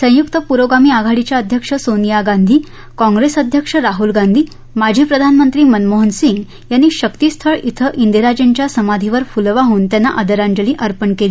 संयुक्त प्रोगामी आघाडीच्या अध्यक्ष सोनिया गांधी काँप्रेस अध्यक्ष राहल गांधी माजी प्रधानमंत्री मनमोहन सिंग यांनी शक्तिस्थल इथं इंदिराजींच्या समाधीवर फुलं वाहन त्यांना आदरांजली अर्पण केली